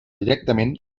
directament